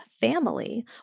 family